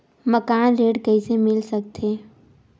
मकान ऋण कइसे मिल सकथे?